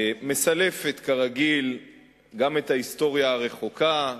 מסלפת כרגיל גם את ההיסטוריה הרחוקה,